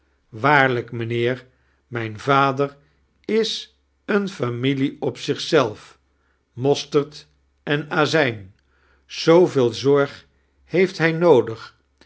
waarlijk mijnheer mijn vader is eene familie op zich zelf mosterd en azijn zooveel zorg heeft hij noodig